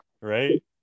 Right